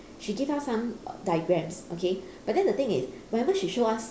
she give us some diagrams okay but then the thing is whenever she show us